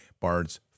Bards